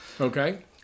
Okay